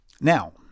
Now